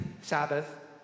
Sabbath